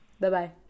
Bye-bye